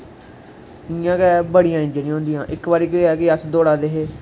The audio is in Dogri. इ'यां गै बड़ियां इंजरिया होंदिया इक बारी केह् होआ कि अस दौडा दे है